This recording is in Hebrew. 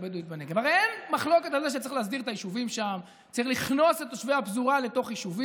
אבל בוא, רק תן לי חצי דקה לדבר רגע על השקר.